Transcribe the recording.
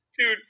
Dude